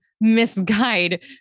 misguide